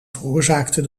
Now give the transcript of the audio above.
veroorzaakte